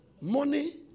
Money